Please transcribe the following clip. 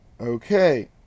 okay